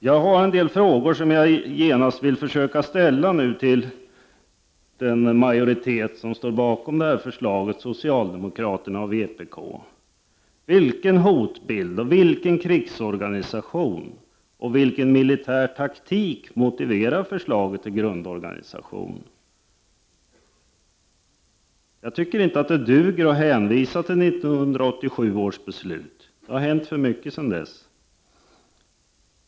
Jag har en del frågor som jag genast vill ställa till den majoritet som står bakom det här förslaget — socialdemokraterna och vpk. För det första: Vilken hotbild, vilken krigsorganisation och vilken militär taktik motiverar förslaget till grundorganisation? Jag tycker inte att det duger att hänvisa till 1987 års beslut. Det har hänt för mycket sedan dess.